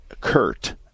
Kurt